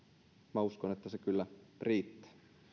minä uskon että se kyllä riittää